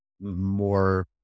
more